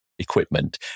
Equipment